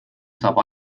saab